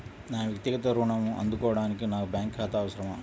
నా వక్తిగత ఋణం అందుకోడానికి నాకు బ్యాంక్ ఖాతా అవసరమా?